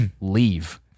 Leave